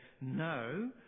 no